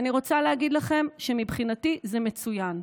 ואני רוצה להגיד לכם שמבחינתי זה מצוין,